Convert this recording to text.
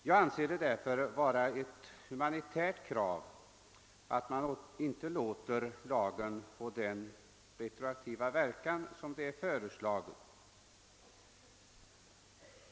Jag anser det därför vara ett humanitärt krav att denna lag inte får den retroaktiva verkan som är föreslagen.